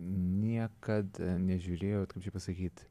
niekad nežiūrėjot kaip čia pasakyt